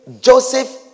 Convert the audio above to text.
Joseph